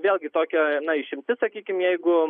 vėlgi tokia na išimtis sakykim jeigu